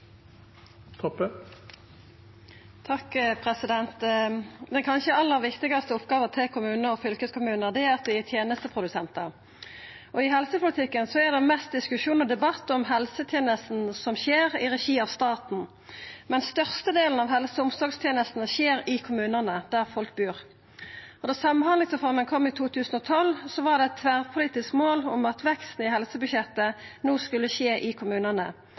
at dei er tenesteprodusentar. I helsepolitikken er det mest diskusjon og debatt om dei helsetenestene som skjer i regi av staten, men størstedelen av helse- og omsorgstenestene skjer i kommunane, der folk bur. Då samhandlingsreforma kom i 2012, var det eit tverrpolitisk mål om at veksten i helsebudsjettet no skulle skje i kommunane.